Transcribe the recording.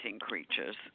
creatures